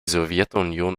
sowjetunion